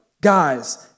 Guys